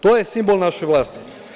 To je simbol naše vlasti.